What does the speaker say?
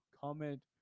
comment